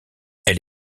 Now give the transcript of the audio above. elle